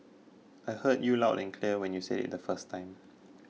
I heard you loud and clear when you said it the first time